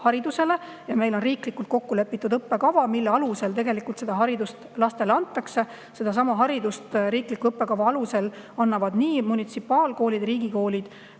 haridusele. Ja meil on riiklikult kokku lepitud õppekava, mille alusel tegelikult haridust lastele antakse. Sedasama haridust riikliku õppekava alusel annavad nii munitsipaalkoolid, riigikoolid